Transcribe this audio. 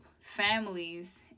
families